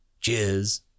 Cheers